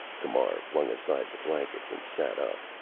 camar flung aside the blankets and sat up,